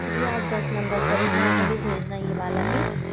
जी आप दस नंबर पर हाँ वहीं भेजना आप ये वाला भी